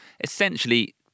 essentially